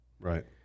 Right